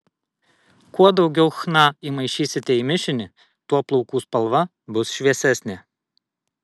kuo daugiau chna įmaišysite į mišinį tuo plaukų spalva bus šviesesnė